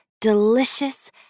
delicious